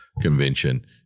convention